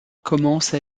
commence